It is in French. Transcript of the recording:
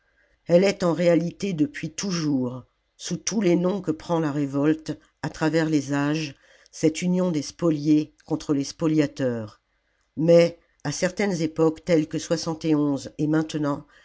elle est en réalité depuis toujours sous tous les noms que prend la révolte à travers les âges cette union des spoliés contre les spoliateurs niais à certaines époques telles que et maintenant